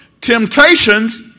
Temptations